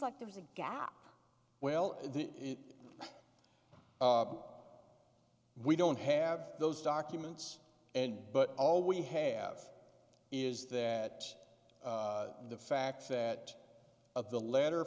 like there's a gap well the we don't have those documents and but all we have is that the fact that at the letter